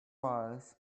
walls